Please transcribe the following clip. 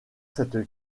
cette